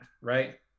right